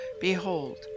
Behold